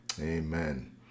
Amen